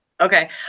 Okay